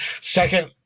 Second